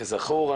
כזכור,